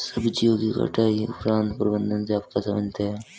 सब्जियों के कटाई उपरांत प्रबंधन से आप क्या समझते हैं?